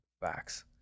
facts